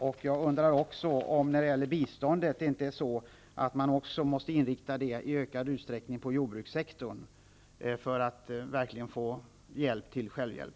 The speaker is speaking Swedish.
Dessutom undrar jag när det gäller biståndet om man inte i ökad utsträckning måste inrikta sig på jordbrukssektorn för att verkligen åstadkomma hjälp till självhjälp.